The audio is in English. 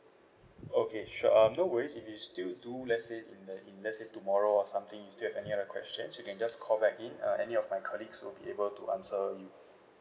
okay sure um no worries if it's still do let's say in the in let's say tomorrow or something you still have any other questions you can just call back in uh any of my colleagues will be able to answer you